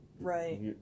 Right